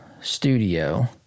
studio